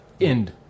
end